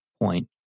point